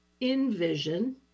envision